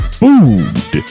food